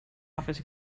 office